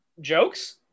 jokes